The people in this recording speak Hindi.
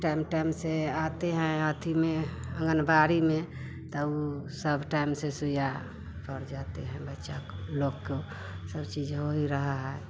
टैम टैम से आते हैं अथी में आंगनबाड़ी में तौ ऊ सब टाइम से सुइया पड़ जाती हैं बच्चा को लोग को सब चीज हो ही रहा है